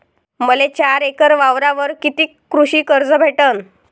मले चार एकर वावरावर कितीक कृषी कर्ज भेटन?